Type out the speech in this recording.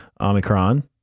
Omicron